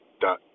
dot